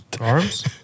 Arms